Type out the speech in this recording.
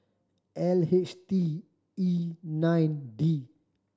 L H T E nine D